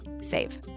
save